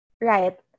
Right